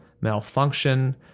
malfunction